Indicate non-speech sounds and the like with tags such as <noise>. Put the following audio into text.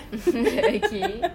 <laughs> okay